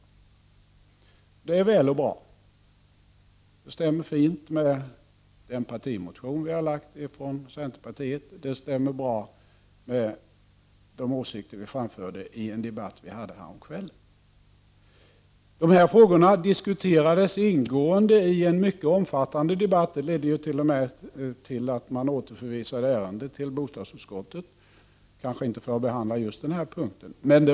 Det är väl och bra, och det stämmer fint med den partimotion centerpartiet har väckt, och det stämmer bra med de åsikter vi framförde i en debatt häromkvällen. De här frågorna diskuterades ingående i en mycket omfattande debatt — den ledde t.o.m. till att man återförvisade ärendet till bostadsutskottet; kanske inte enbart för att behandla just den punkten.